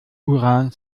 uran